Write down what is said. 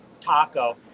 taco